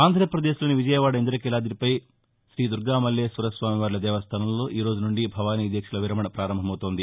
ఆంధ్రప్రదేశ్లోని విజయవాడ ఇంద్రకీలాదిపై శ్రీ దుర్గామల్లేశ్వర స్వామివార్ల దేస్దానంలో ఈ రోజు నుండి భవానీ దీక్షల విరమణ ప్రారంభమవుతోంది